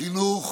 החינוך